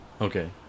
Okay